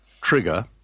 Trigger